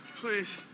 please